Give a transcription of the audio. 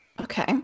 Okay